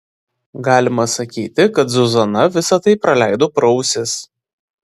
galima sakyti kad zuzana visa tai praleido pro ausis